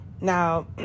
Now